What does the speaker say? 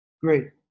Great